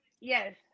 Yes